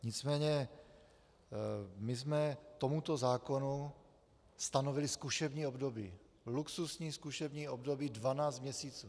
Nicméně my jsme tomuto zákonu stanovili zkušební období luxusní zkušební období 12 měsíců.